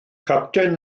capten